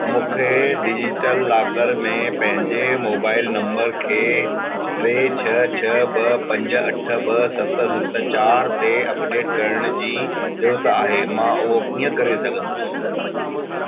मूंखे digital locker में पंहिंजे मोबाइल नंबर खे टे छह छह ॿ पंज अठ ॿ सत सत चारि ते अपडेट करण जी ज़रूरत आहे मां उहो कीअं करे सघंदुसि